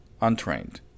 untrained